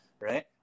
Right